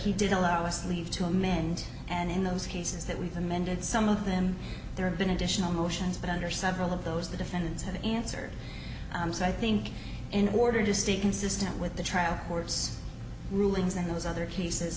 he did allow us to leave to amend and in those cases that we've amended some of them there have been additional motions but under several of those the defendants have answered so i think in order to stay consistent with the trial court's rulings in those other cases